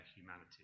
humanity